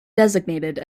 designated